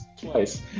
Twice